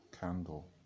candle